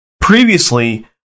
previously